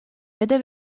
بده